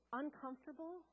uncomfortable